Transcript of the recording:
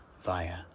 via